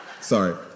Sorry